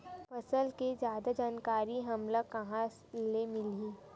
फसल के जादा जानकारी हमला कहां ले मिलही?